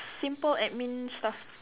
simple admin stuff